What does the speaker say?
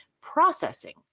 processing